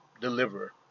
deliver